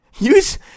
use